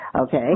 Okay